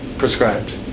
prescribed